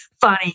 funny